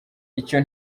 icyo